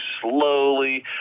slowly